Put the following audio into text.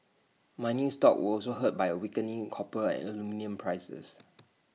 mining stocks were also hurt by A weakening in copper and aluminium prices